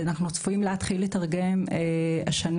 אנחנו צפויים להתחיל לתרגם השנה,